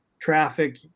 traffic